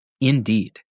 Indeed